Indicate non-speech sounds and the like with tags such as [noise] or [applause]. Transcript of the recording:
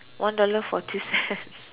one dollar forty cents [laughs]